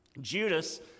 Judas